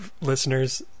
Listeners